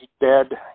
dead